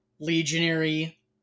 legionary